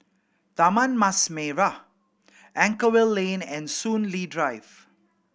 Taman Mas Merah Anchorvale Lane and Soon Lee Drive